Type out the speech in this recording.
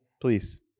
Please